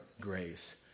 grace